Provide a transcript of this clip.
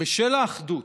בשל האחדות,